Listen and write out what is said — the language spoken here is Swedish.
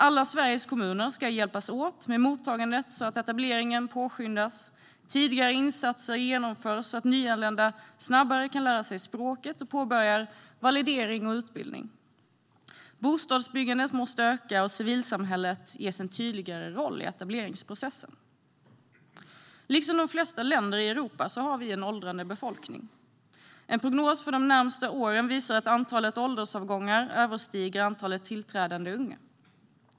Alla Sveriges kommuner ska hjälpas åt med mottagandet, så att etableringen påskyndas, och tidigare insatser ska genomföras, så att nyanlända snabbare kan lära sig språket och påbörja validering och utbildning. Bostadsbyggandet måste öka och civilsamhället ges en tydligare roll i etableringsprocessen. Liksom de flesta länder i Europa har vi en åldrande befolkning. En prognos för de närmaste åren visar att antalet åldersavgångar överstiger antalet tillträdande unga.